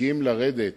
שהסכים לרדת